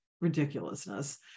ridiculousness